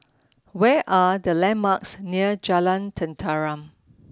where are the landmarks near Jalan Tenteram